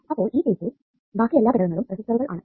അപ്പോൾ ഈ കേസിൽ ബാക്കി എല്ലാ ഘടകങ്ങളും റെസിസ്റ്ററുകൾ ആണ്